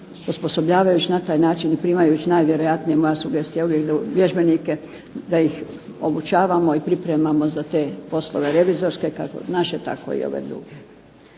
osposobljavajući na taj način i primajući najvjerojatnije, moja sugestija je uvijek, vježbenike da ih obučavamo i pripremamo za te poslove revizorske kako naše tako i ove druge.